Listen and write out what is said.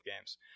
games